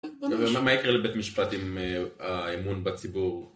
מה יקרה לבית משפט עם האמון בציבור